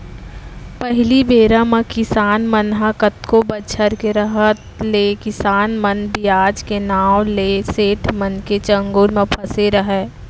पहिली बेरा म किसान मन ह कतको बछर के रहत ले किसान मन बियाज के नांव ले सेठ मन के चंगुल म फँसे रहयँ